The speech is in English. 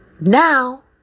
Now